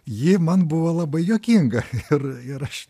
ji man buvo labai juokinga ir ir aš